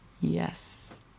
Yes